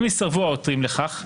אם יסרבו העותרים לכך,